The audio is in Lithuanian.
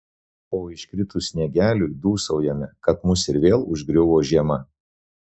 o iškritus sniegeliui dūsaujame kad mus ir vėl užgriuvo žiema